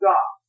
God